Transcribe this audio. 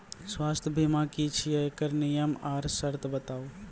स्वास्थ्य बीमा की छियै? एकरऽ नियम आर सर्त बताऊ?